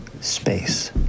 space